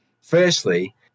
firstly